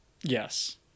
Yes